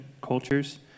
cultures